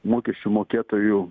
mokesčių mokėtojų